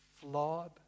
flawed